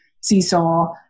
seesaw